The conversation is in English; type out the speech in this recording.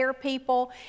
people